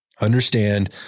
understand